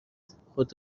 خود